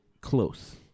close